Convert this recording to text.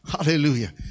Hallelujah